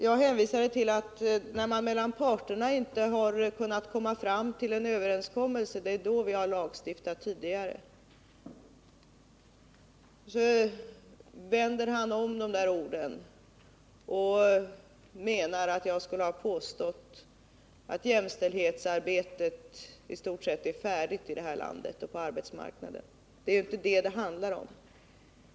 Jag hänvisade till att det är när parterna inte kunnat komma fram till en överenskommelse som vi har lagstiftat tidigare. Elver Jonsson vände på orden och menade att jag skulle ha påstått att jämställdhetsarbetet på arbetsmarknaden i stort sett är färdigt. Det är ju inte det det handlar om.